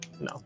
no